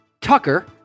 Tucker